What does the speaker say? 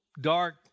dark